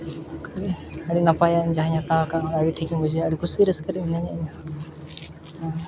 ᱠᱷᱟᱹᱞᱤ ᱟᱹᱰᱤ ᱱᱟᱯᱟᱭᱟ ᱤᱧ ᱡᱟᱦᱟᱸᱧ ᱦᱟᱛᱟᱣ ᱟᱠᱟᱫᱼᱟ ᱟᱹᱰᱤ ᱴᱷᱤᱠ ᱤᱧ ᱵᱩᱡᱷᱟᱹᱣᱮᱜᱼᱟ ᱟᱹᱰᱤ ᱠᱩᱥᱤ ᱨᱟᱹᱥᱠᱟᱹ ᱨᱮ ᱢᱤᱱᱟᱹᱧᱟ ᱤᱧ ᱦᱚᱸ